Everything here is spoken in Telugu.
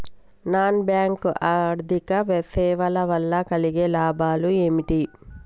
నాన్ బ్యాంక్ ఆర్థిక సేవల వల్ల కలిగే లాభాలు ఏమిటి?